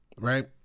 right